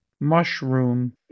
mushroom